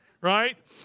right